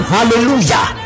Hallelujah